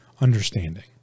understanding